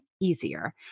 easier